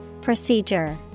Procedure